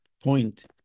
point